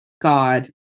God